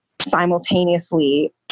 simultaneously